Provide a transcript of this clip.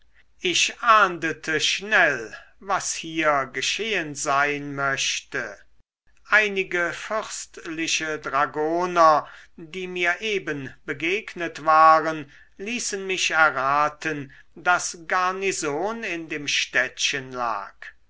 ich ahndete schnell was hier geschehen sein möchte einige fürstliche dragoner die mir eben begegnet waren ließen mich erraten daß garnison in dem städtchen lag